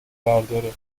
برداره